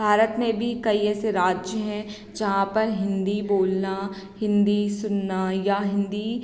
भारत में भी कई ऐसे राज्य हैं जहाँ पर हिंदी बोलना हिंदी सुनना या हिंदी